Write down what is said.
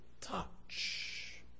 touch